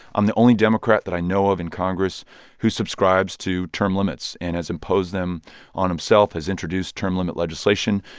i'm the only democrat that i know of in congress who subscribes to term limits and has imposed them on himself, has introduced term limit legislation.